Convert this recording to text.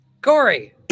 Corey